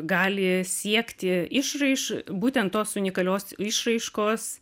gali siekti išraiš būtent tos unikalios išraiškos